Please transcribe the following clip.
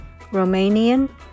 Romanian